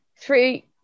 three